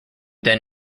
then